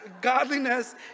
godliness